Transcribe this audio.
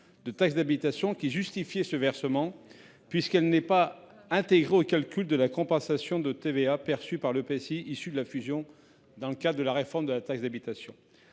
la taxe d’habitation qui justifiait ce versement puisqu’elle n’est pas intégrée au calcul de la compensation de TVA perçue par l’EPCI issu de la fusion dans le cadre de la réforme de la taxe d’habitation.